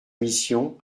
mission